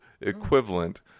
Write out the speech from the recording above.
equivalent